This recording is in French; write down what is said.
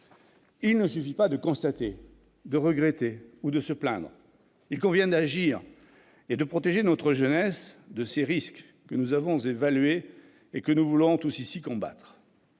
Il ne suffit pas de constater, de regretter ou de se plaindre. Il convient d'agir et de protéger notre jeunesse de ces risques que nous avons évalués et que nous voulons, tous ici, combattre.